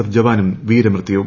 F ജവാനും വീരമൃത്യു